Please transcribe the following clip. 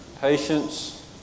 patience